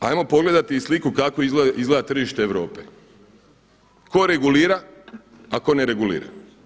Hajmo pogledati i sliku kako izgleda tržište Europe, tko regulira, a tko ne regulira.